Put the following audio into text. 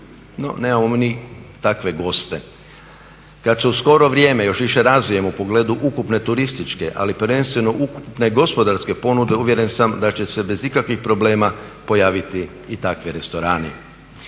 No nemamo ni takve goste. Kad se u skoro vrijeme još više razvijemo u pogledu ukupne turističke ali prvenstveno i ukupne gospodarske ponude uvjeren sam da će se bez ikakvih problema pojaviti i takvi restorani.